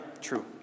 true